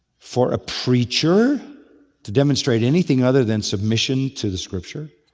for a preacher to demonstrate anything other than submission to the scripture?